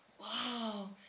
wow